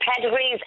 pedigrees